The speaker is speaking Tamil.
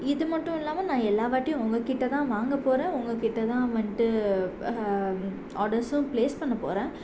இது மட்டும் இல்லாமல் நான் எல்லா வாட்டியும் உங்கக்கிட்ட தான் வாங்கப் போகிறேன் உங்கக்கிட்ட தான் வந்துட்டு ஆர்டர்ஸும் ப்ளேஸ் பண்ணப் போகிறேன்